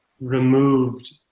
removed